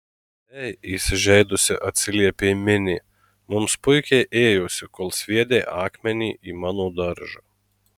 ei įsižeidusi atsiliepė minė mums puikiai ėjosi kol sviedei akmenį į mano daržą